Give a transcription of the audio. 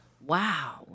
Wow